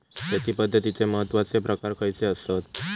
शेती पद्धतीचे महत्वाचे प्रकार खयचे आसत?